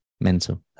mental